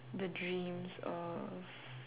the dreams of